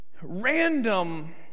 random